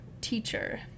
teacher